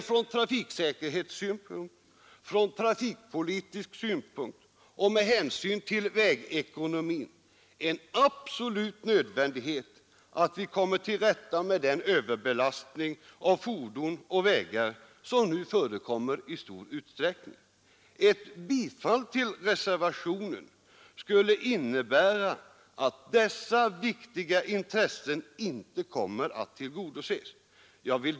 Från trafiksäkerhetssynpunkt och från trafikpolitisk synpunkt samt med hänsyn till vägekonomin är det en absolut nödvändighet att vi kommer till rätta med den överbelastning av fordon och vägar som nu i stor utsträckning förekommer. Ett bifall till reservationen skulle innebära att dessa viktiga intressen inte tillgodoses.